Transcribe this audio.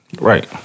Right